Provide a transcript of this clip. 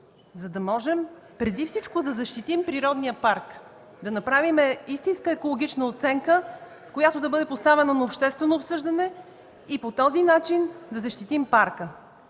за да можем преди всичко да защитим природния парк, да направим истинска екологична оценка, която да бъде поставена на обществено обсъждане и по този начин да защитим парка.